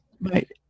Right